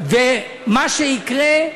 ומה שיקרה,